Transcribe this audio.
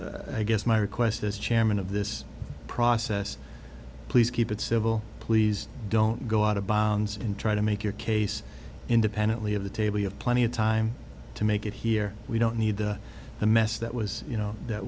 i guess my request as chairman of this process please keep it civil please don't go out of bounds and try to make your case independently of the table have plenty of time to make it here we don't need the mess that was you know that